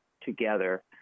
together